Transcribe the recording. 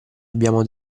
abbiamo